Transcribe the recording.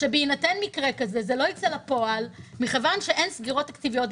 שבהינתן מקרה כזה זה לא יצא לפועל מכיוון שאין סגירות תקציביות.